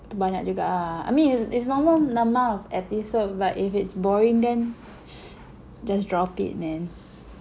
itu banyak juga ah I mean it's it's normal amount of episode but if it's boring then just drop it man